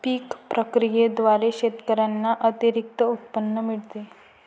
पीक प्रक्रियेद्वारे शेतकऱ्यांना अतिरिक्त उत्पन्न मिळते